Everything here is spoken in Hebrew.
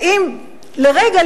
האם לרגע,